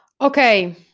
okay